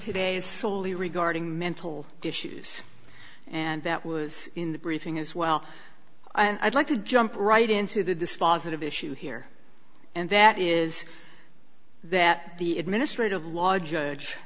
today is solely regarding mental issues and that was in the briefing as well and i'd like to jump right into the dispositive issue here and that is that the administrative law judge